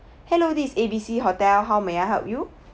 hello this A B C hotel how may I help you